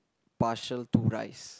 partial to rice